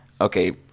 okay